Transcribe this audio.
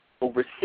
over